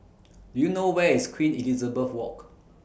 Do YOU know Where IS Queen Elizabeth Walk